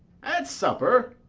at supper!